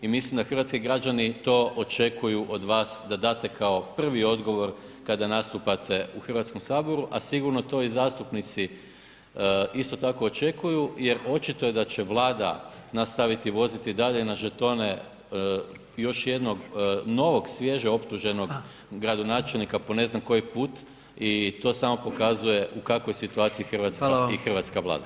I mislim da hrvatski građani to očekuju od vas da date kao prvi odgovor kada nastupate u Hrvatskom saboru a sigurno to i zastupnici isto tako očekuju jer očito je da će Vlada nastaviti voziti dalje na žetone još jednog novog, svježe optuženog gradonačelnika po ne znam koji put i to samo pokazuje u kakvoj je situaciji Hrvatska i hrvatska Vlada.